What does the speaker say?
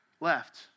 left